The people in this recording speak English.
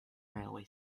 railway